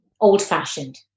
old-fashioned